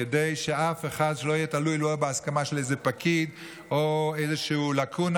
כדי שאף אחד לא יהיה תלוי באיזו הסכמה של איזה פקיד או איזושהי לקונה.